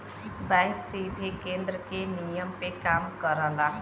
bank सीधे केन्द्र के नियम पे काम करला